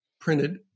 printed